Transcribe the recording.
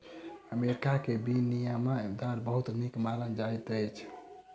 America के विनिमय दर बहुत नीक मानल जाइत अछि